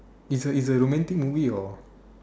it's a it's a romantic movie or